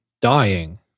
dying